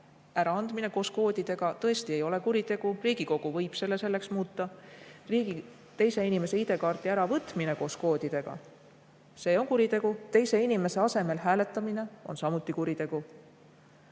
äraandmine koos koodidega tõesti ei ole kuritegu, aga Riigikogu võib selle selleks muuta. Teise inimese ID-kaardi äravõtmine koos koodidega on kuritegu. Teise inimese asemel hääletamine on samuti kuritegu.